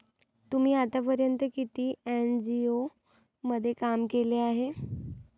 तुम्ही आतापर्यंत किती एन.जी.ओ मध्ये काम केले आहे?